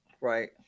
Right